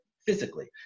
physically